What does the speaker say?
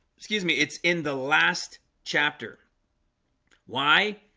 excuse me. it's in the last chapter why?